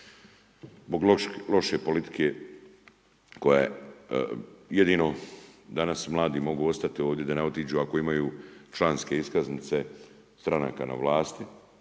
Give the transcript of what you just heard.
zbog loše politike koja je. Jedino danas mladi mogu ostati da ne otiđu ako imaju članske iskaznice stranaka na vlasti.